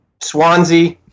Swansea